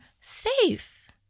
safe